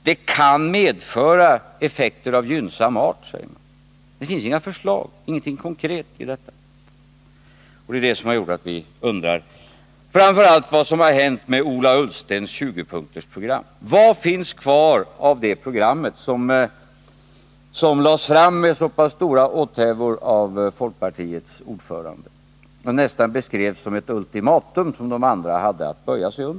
Det kan medföra effekter av gynnsam art, säger man. Det finns inga förslag, ingenting konkret, i programmet. Och det är det som gjort att vi undrar framför allt vad som har hänt med Ola Ullstens 20-punktersprogram. Vad finns kvar av det programmet, som lades fram med stora åthävor av folkpartiets ordförande och som nästan beskrevs som ett ultimatum, som de andra hade att böja sig för?